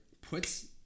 puts